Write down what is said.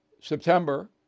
September